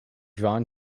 drawn